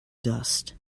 dust